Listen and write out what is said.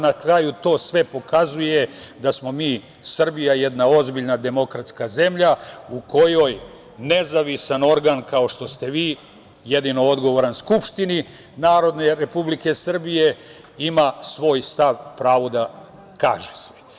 Na kraju, sve to pokazuje da smo mi Srbija, jedna ozbiljna demokratske zemlja u kojoj nezavisan organ, kao što ste vi, jedino odgovoran Narodnoj skupštini Republike Srbije ima svoj stav, pravo da kaže sve.